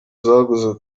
zaguzwe